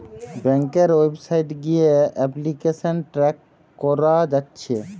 ব্যাংকের ওয়েবসাইট গিয়ে application track কোরা যাচ্ছে